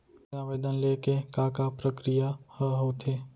ऋण आवेदन ले के का का प्रक्रिया ह होथे?